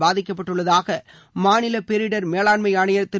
பாதிக்கப்பட்டுள்ளதாக மாநில பேரிடர் மேலாண்மை ஆணையர் திரு